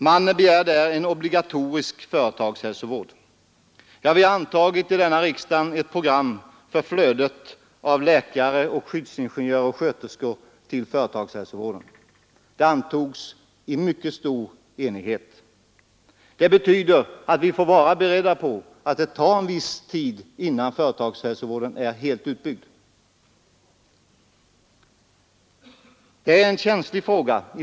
Där begärs en obligatorisk företagshälsovård. Denna riksdag har med mycket stor enighet antagit ett program för flödet av läkare, sköterskor och skyddsingenjörer till företagshälsovården. Det betyder att vi får vara beredda på att det tar en viss tid, innan företagshälsovården är helt utbyggd.